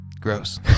Gross